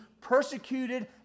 persecuted